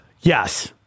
Yes